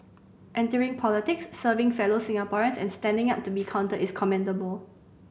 entering politics serving fellow Singaporeans and standing up to be counted is commendable